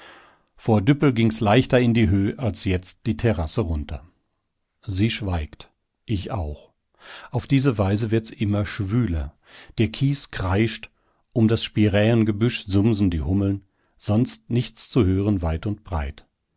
vor düppel ging's leichter in die höh als jetzt die terrasse runter sie schweigt ich auch auf diese weise wird's immer schwüler der kies kreischt um das spiräengebüsch sumsen die hummeln sonst nichts zu hören weit und breit